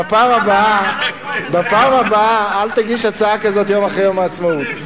בפעם הבאה אל תגיש הצעה כזאת יום אחרי יום העצמאות.